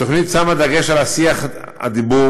התוכנית שמה דגש על השיח הדבור,